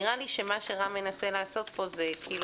נראה לי שמה שרם מנסה לעשות פה זה כאילו